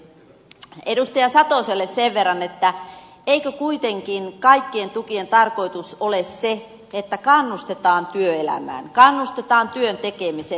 edustaja satoselle sen verran että eikö kuitenkin kaikkien tukien tarkoitus ole se että kannustetaan työelämään kannustetaan työn tekemiseen